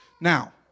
Now